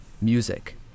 music